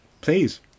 Please